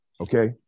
okay